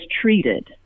treated